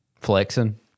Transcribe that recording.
Flexing